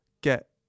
get